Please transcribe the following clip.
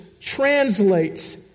translates